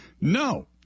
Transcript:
No